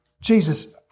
Jesus